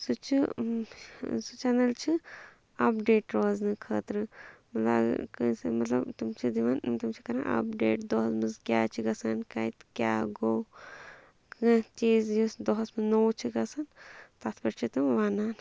سُہ چھُ سُہ چَنَل چھُ اَپڈیٹ روزنہٕ خٲطرٕ ملا اگر کٲنٛسہِ مطلب تِم چھِ دِوان تِم چھِ کَران اَپڈیٹ دۄہَس منٛز کیٛاہ چھِ گژھان کَتہِ کیٛاہ گوٚو کانٛہہ چیٖز یُس دۄہَس منٛز نوٚو چھِ گژھان تَتھ پٮ۪ٹھ چھِ تٕم وَنان